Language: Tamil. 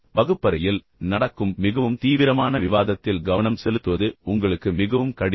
வகுப்பறையில் நடக்கும் மிகவும் தீவிரமான விவாதத்தில் கவனம் செலுத்துவது உங்களுக்கு மிகவும் கடினம்